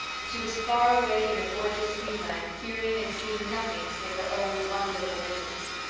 she was far away in a gorgeous dreamland hearing and seeing nothing save her own wonderful visions.